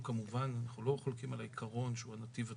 כמובן אנחנו לא חולקים על העיקרון שהוא הנתיב התכנוני.